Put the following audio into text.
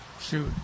shoot